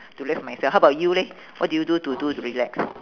to relax myself how about you leh what do you do to do to relax